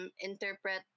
interpret